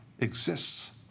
exists